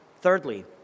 Thirdly